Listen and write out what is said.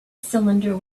cylinder